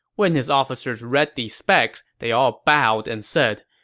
when his officers read these specs, they all bowed and said,